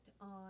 on